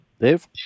Dave